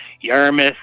Yarmouth